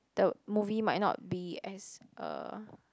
the movie might not be as uh